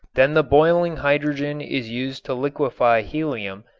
then the boiling hydrogen is used to liquefy helium,